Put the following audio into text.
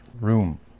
room